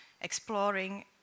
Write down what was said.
exploring